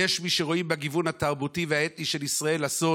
יש מי שרואים בגיוון התרבותי והאתני של ישראל אסון.